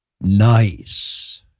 nice